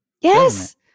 Yes